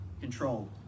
control